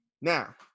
Now